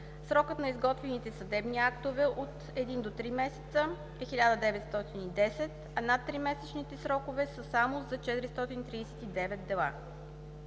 Срокът на изготвените съдебни актове от един до три месеца е 1910, а над тримесечните срокове са само 439 дела.